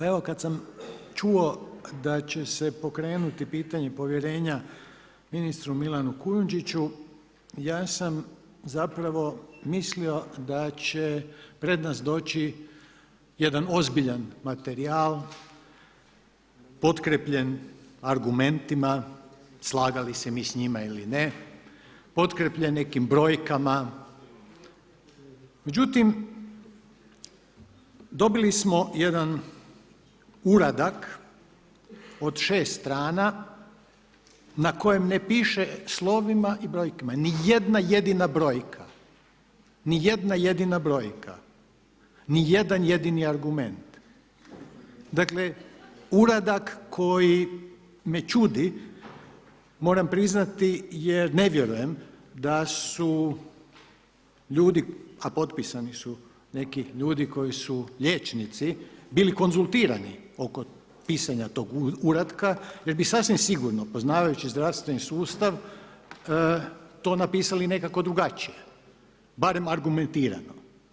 Evo, kada sam čuo, da će se pokrenuti pitanje povjerenja ministru Milanu Kujundžiću, ja sam zapravo, mislio da će pred nas doći jedan ozbiljan materijal potkrepljen argumentima, slagali se mi s njima ili ne, potkrijepljen nekim brojkama, međutim, dobili smo jedan uradak od 6 str. na kojem ne piše slovima i brojkama, ni jedna jedina brojka ni jedan jedini argument, dakle, uradak, koji me čudi, moram priznati jer ne vjerujem da su ljudi a potpisani su neki ljudi koji su liječnici bili konzultirani oko pisanja tog uratka, da bi sasvim sigurno, poznavajući zdravstveni sustav, to napisali nekako drugačije, barem argumentirano.